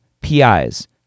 PIs